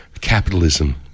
capitalism